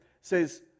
says